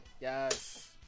Yes